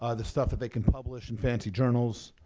ah the stuff that they can publish in fancy journals,